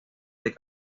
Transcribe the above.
del